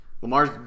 Lamar's